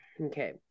Okay